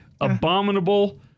Abominable